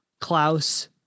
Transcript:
Klaus